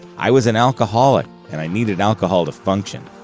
i was an alcoholic, and i needed alcohol to function.